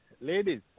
Ladies